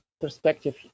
perspective